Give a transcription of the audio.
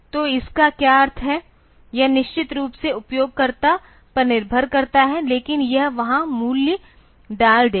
तो इसका क्या अर्थ है यह निश्चित रूप से उपयोगकर्ता पर निर्भर करता है लेकिन यह वहां मूल्य डाल देगा